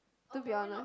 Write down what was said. to be honest